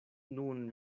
nun